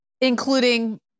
including